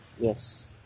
Yes